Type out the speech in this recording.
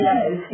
Yes